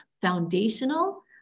foundational